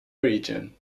region